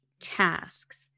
tasks